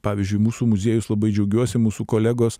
pavyzdžiui mūsų muziejus labai džiaugiuosi mūsų kolegos